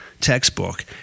textbook